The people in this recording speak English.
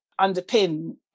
underpin